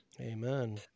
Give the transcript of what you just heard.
Amen